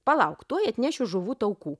palauk tuoj atnešiu žuvų taukų